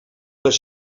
les